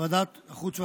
בוועדת החוץ והביטחון.